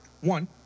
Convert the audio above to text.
One